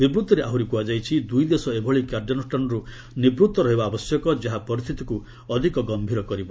ବିବୃତ୍ତିରେ ଆହୁରି କୁହାଯାଇଛି ଦୁଇ ଦେଶ ଏଭଳି କାର୍ଯ୍ୟାନୁଷାନରୁ ନିବୃତ୍ତ ରହିବା ଆବଶ୍ୟକ ଯାହା ପରିସ୍ଥିତିକୁ ଅଧିକ ଗମ୍ଭୀର କରିବ